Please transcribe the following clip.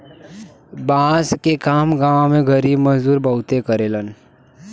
बांस के काम गांव में गरीब मजदूर बहुते करेलन